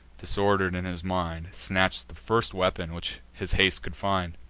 disorder'd in his mind, snatch'd the first weapon which his haste could find.